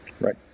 Right